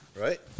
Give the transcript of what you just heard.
right